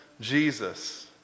Jesus